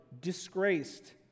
disgraced